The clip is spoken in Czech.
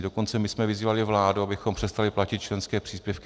Dokonce jsme vyzývali vládu, abychom přestali platit členské příspěvky.